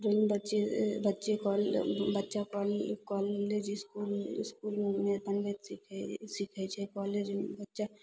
हमहुँ बच्चे बच्चे काल बच्चा काल कॉलेज इसकुल इसकुलमे बनबय सिखय सिखय छै कॉलेजमे बच्चा